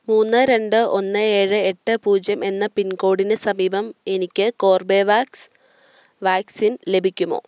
മൂന്ന് രണ്ട് ഒന്ന് ഏഴ് എട്ട് പൂജ്യം എന്ന പിൻകോഡിന് സമീപം എനിക്ക് കോർബെവാക്സ് വാക്സിൻ ലഭിക്കുമോ